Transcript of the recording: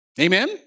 Amen